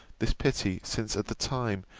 this pity since, at the time,